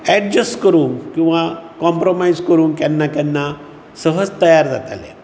adjust करून किंवा compromise करूंक केन्ना केन्ना सहज तयार जाताले